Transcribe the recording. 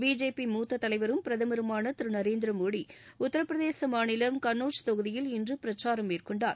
BJP மூத்த தலைவரும் பிரதமருமான திரு நரேந்திர மோடி உத்தரப்பிரதேச மாநிலம் கன்னோச் தொகுதியில் இன்று பிரச்சாரம் மேற்கொண்டார்